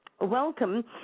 welcome